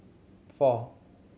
four